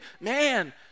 man